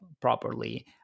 properly